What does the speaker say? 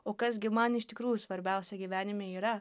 o kas gi man iš tikrųjų svarbiausia gyvenime yra